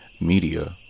media